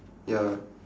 ya